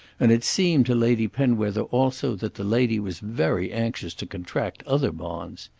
and it seemed to lady penwether also that the lady was very anxious to contract other bonds.